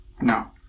No